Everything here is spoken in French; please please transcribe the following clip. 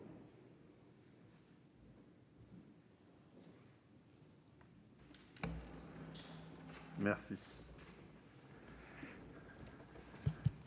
Merci